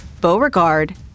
Beauregard